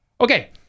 Okay